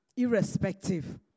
irrespective